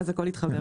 ואז הכול יתחבר.